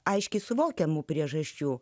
aiškiai suvokiamų priežasčių